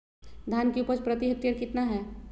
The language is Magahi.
धान की उपज प्रति हेक्टेयर कितना है?